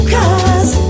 cause